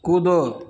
कूदो